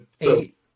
Eight